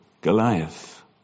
Goliath